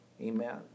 Amen